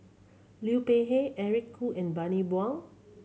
Liu Peihe Eric Khoo and Bani Buang